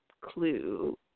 clue